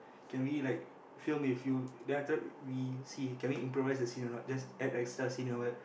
can we like film with you then after that we see can we improvise the scene or not just add the extras scene or what